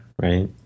right